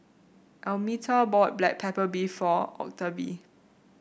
Almeta bought Black Pepper Beef for Octavie